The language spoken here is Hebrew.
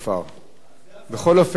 בכל אופן,